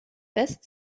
west